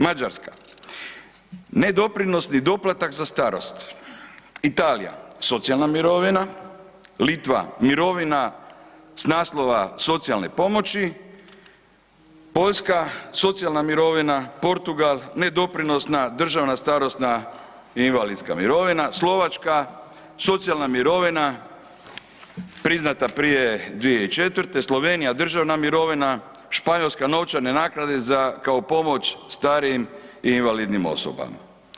Mađarska, nedoprinosni doplatak za starost, Italija, socijalna mirovina, Litva, mirovina s naslova socijalne pomoći, Poljska, socijalna mirovina, Portugal, nedoprinosna državna starosna i invalidska mirovina, Slovačka, socijalna mirovina, priznata prije 2004., Slovenija, državna mirovina, Španjolska, novčane naknade za kao pomoć starijim i invalidnim osobama.